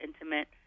intimate